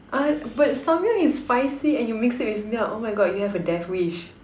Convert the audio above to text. uh but samyang is spicy and you mixed it with milk oh my God you have a death wish